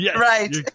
right